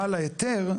בעל ההיתר,